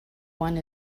one